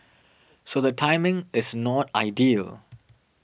so the timing is not ideal